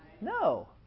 No